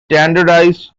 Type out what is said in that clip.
standardized